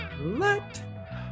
let